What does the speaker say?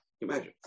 Imagine